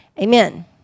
amen